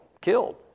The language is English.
killed